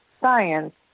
science